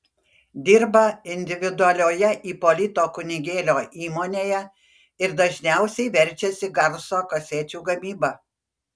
dirba individualioje ipolito kunigėlio įmonėje ir dažniausiai verčiasi garso kasečių gamyba